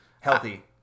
healthy